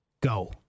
Go